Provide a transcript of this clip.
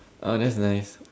oh that's nice